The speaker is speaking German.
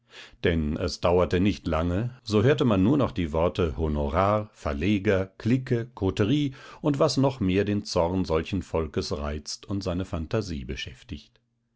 denn es dauerte nicht lange so hörte man nur noch die worte honorar verleger clique koterie und was noch mehr den zorn solchen volkes reizt und seine phantasie beschäftigt